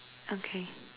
okay